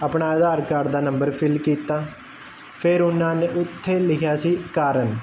ਆਪਣਾ ਆਧਾਰ ਕਾਰਡ ਦਾ number fill ਕੀਤਾ ਫਿਰ ਉਹਨਾਂ ਨੇ ਉਥੇ ਲਿਖਿਆ ਸੀ ਕਾਰਨ